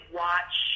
watch